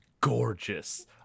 gorgeous